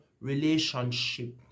relationship